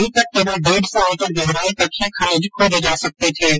अभी तक केवल डेढ सौ मीटर गहराई तक ही खनिज खोजे जा सकते थे